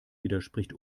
widerspricht